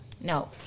No